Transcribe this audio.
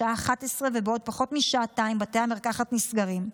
השעה 11:00 ובעוד פחות משעתיים בתי המרקחת נסגרים.